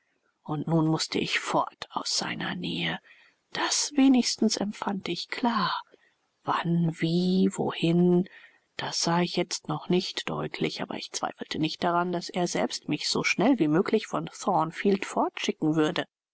und nun mußte ich fort aus seiner nähe das wenigstens empfand ich klar wann wie wohin das sah ich jetzt noch nicht deutlich aber ich zweifelte nicht daran daß er selbst mich so schnell wie möglich von thornfield fortschicken würde